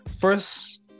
First